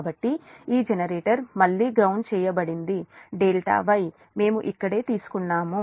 కాబట్టి ఈ జెనరేటర్ మళ్లీ గ్రౌండ్ చేయబడింది ∆ Y మేము ఇక్కడే తీసుకున్నాము